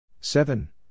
Seven